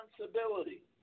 responsibility